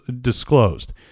disclosed